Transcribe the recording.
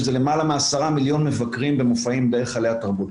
שזה למעלה מעשרה מיליון מבקרים במופעים בהיכלי התרבות.